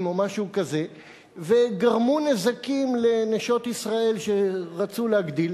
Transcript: או משהו כזה וגרמו נזקים לנשות ישראל שרצו להגדיל,